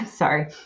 Sorry